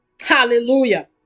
Hallelujah